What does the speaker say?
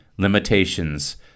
limitations